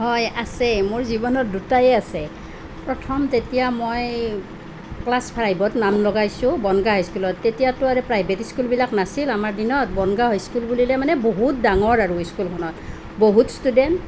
হয় আছে মোৰ জীৱনত দুটায়ে আছে প্ৰথম তেতিয়া মই ক্লাছ ফাইভত নাম লগাইছোঁ বনগাঁও হাইস্কুলত তেতিয়াতো আৰু প্ৰাইভেট স্কুলবিলাক নাছিল আমাৰ দিনত বনগাঁও হাইস্কুল বুলিলে মানে বহুত ডাঙৰ আৰু স্কুলখনত বহুত ষ্টুডেণ্ট